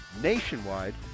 nationwide